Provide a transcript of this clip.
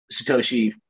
Satoshi